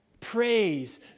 praise